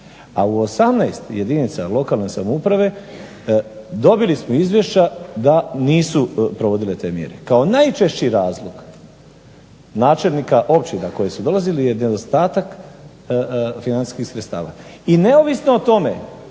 A u 18 jedinica lokalne samouprave dobili smo izvješća da nisu provodile te mjere. Kao najčešći razlog načelnika općina koje su dolazili je nedostatak financijskih sredstava i neovisno o tome